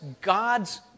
God's